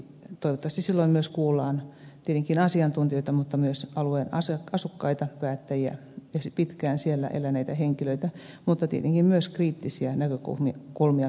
toivottavasti silloin kuullaan paitsi tietenkin asiantuntijoita myös alueen asukkaita päättäjiä ja pitkään siellä eläneitä henkilöitä mutta tietenkin myös kriittisiä näkökulmia pitää kuulla